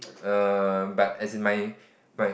err but as in my my